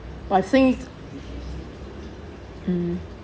but I think mm